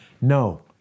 No